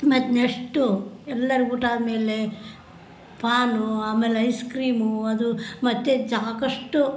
ಮತ್ತು ನೆಸ್ಟು ಎಲ್ಲರ್ಗೂ ಊಟ ಆದ ಮೇಲೆ ಪಾನು ಆಮೇಲೆ ಐಸ್ಕ್ರೀಮು ಅದು ಮತ್ತು ಸಾಕಷ್ಟು